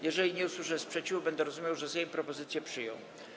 Jeżeli nie usłyszę sprzeciwu, będę rozumiał, że Sejm propozycję przyjął.